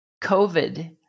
COVID